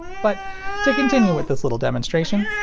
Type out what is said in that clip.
but to continue with this little demonstration,